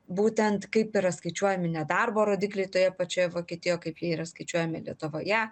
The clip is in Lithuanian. būtent kaip yra skaičiuojami nedarbo rodikliai toje pačioje vokietijoje kaip jie yra skaičiuojami lietuvoje